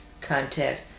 contact